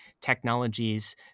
technologies